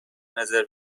نظر